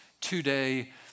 today